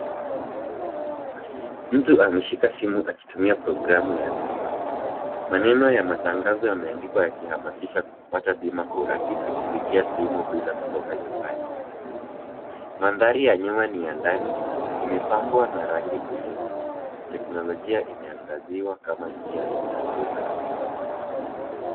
Mtu ameshika simu akitumia programu ya bima. Maneno ya matangazo yameandikwa yakihamasisha kupata bima kwa urahisi kupitia simu bila kutoka nyumbani. Mandhari ya nyuma ni ya ndani, imepambwa na rangi tulivu. Teknolojia imeangaziwa kama njia ya huduma rahisi.